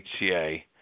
HCA –